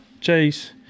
Chase